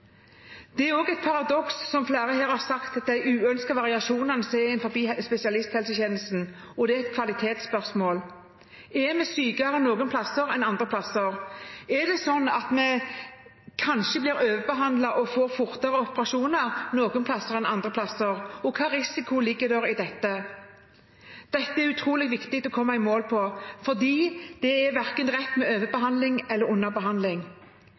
Det er også et paradoks – som flere her har sagt – at de uønskede variasjonene som er innen spesialisthelsetjenesten, er et kvalitetsspørsmål. Er vi noen steder sykere enn andre steder? Er det slik at vi noen steder kanskje blir overbehandlet og får fortere operasjoner enn andre steder? Hvilken risiko ligger det i dette? Dette er det utrolig viktig å komme i mål med, for det er ikke riktig verken med overbehandling eller